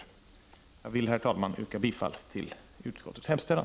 Jag vill, herr talman, yrka bifall till utskottets hemställan.